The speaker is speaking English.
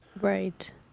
Right